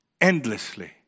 endlessly